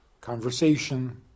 conversation